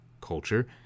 culture